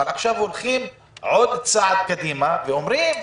ועכשיו הולכים עוד צעד קדימה ואומרים: